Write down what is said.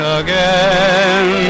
again